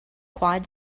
quad